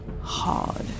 hard